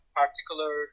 particular